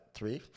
Three